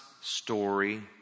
story